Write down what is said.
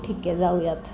ठीक आहे जाऊयात